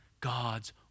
God's